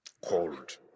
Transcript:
Cold